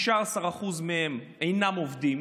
16% מהם אינם עובדים